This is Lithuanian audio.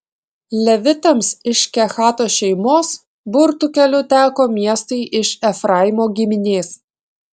levitams iš kehato šeimos burtų keliu teko miestai iš efraimo giminės